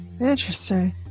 Interesting